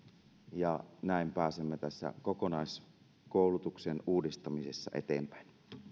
ja näin pääsemme tässä kokonaiskoulutuksen uudistamisessa eteenpäin